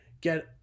get